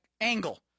angle